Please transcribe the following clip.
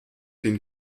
den